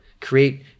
create